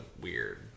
weird